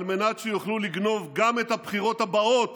על מנת שיוכלו לגנוב גם את הבחירות הבאות